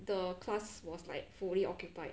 the class was like fully occupied